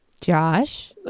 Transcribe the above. josh